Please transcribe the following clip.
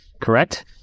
correct